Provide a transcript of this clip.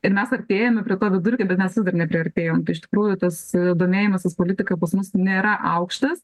ir mes artėjame prie to vidurkio bet mes vis dar nepriartėjom tai iš tikrųjų tas domėjimasis politika pas mus nėra aukštas